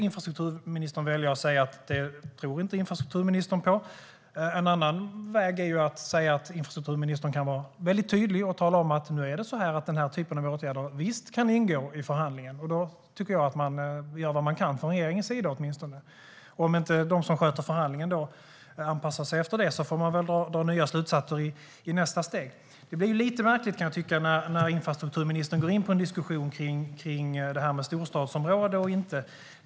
Infrastrukturministern kan välja att säga att hon inte tror på det. En annan väg är att vara mycket tydlig och tala om att nu är det så här att den här typen av åtgärder visst kan ingå i förhandlingen. Då tycker jag att man gör vad man kan från regeringens sida. Om de som sköter förhandlingen inte anpassar sig efter det får man väl dra nya slutsatser i nästa steg. Det blir lite märkligt, kan jag tycka, när infrastrukturministern går in på en diskussion kring det här med storstadsområde.